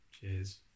Cheers